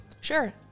Sure